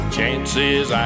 Chances